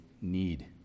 need